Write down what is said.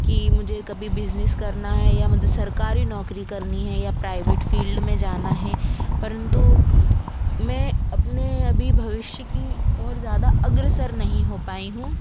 कि मुझे कभी बिज़निस करना है या मुझे सरकारी नौकरी करनी है या प्राइवेट फील्ड में जाना है परंतु मे अपने अभी भविष्य की और ज़्यादा अग्रसर नहीं हो पाई हूँ